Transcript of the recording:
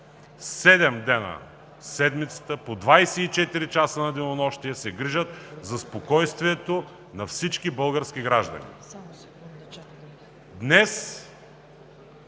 7 дни в седмицата, по 24 часа на денонощие се грижат за спокойствието на всички български граждани.